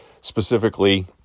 specifically